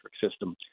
system